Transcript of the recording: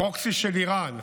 הפרוקסי של איראן,